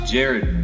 Jared